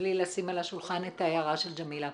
ובלי לשים על השולחן את ההערה של ג'מילה.